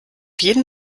jeden